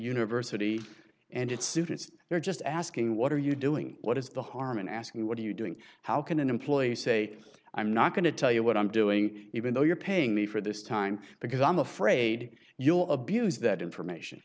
university and its students they're just asking what are you doing what is the harm in asking what are you doing how can an employee say i'm not going to tell you what i'm doing even though you're paying me for this time because i'm afraid you'll abuse that information